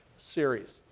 series